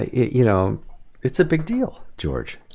you know it's a big deal, george.